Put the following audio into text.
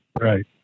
Right